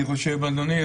אני חושב אדוני,